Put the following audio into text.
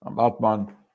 Atman